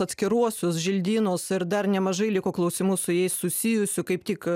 atskiruosius želdynus ir dar nemažai liko klausimų su jais susijusių kaip tik